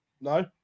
no